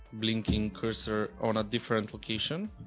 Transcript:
blinking cursor on a different location